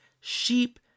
sheep